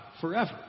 forever